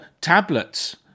tablets